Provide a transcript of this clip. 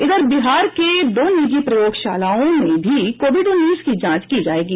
इधर बिहार के दो निजी प्रयोगशालाओं में भी कोविड उन्नीस की जांच की जायेगी